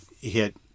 hit